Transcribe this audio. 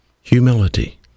Humility